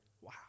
Wow